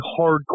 hardcore